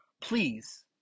please